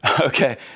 Okay